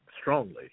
strongly